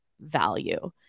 value